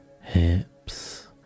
hips